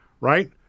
right